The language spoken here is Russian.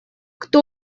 кто